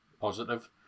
positive